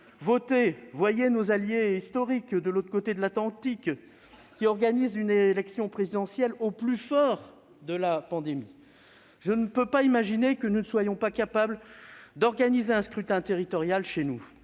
voter ! Voyez nos alliés historiques, de l'autre côté de l'Atlantique, qui organisent une élection présidentielle au plus fort de la pandémie ! Je ne peux pas imaginer que nous ne soyons pas capables d'organiser un scrutin territorial chez nous